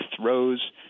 throws